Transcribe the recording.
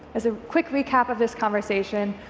as a quick recap of this conversation,